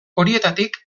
horietatik